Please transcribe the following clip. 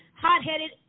hot-headed